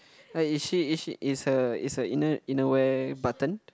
like is she is she is her is her inner inner wear buttoned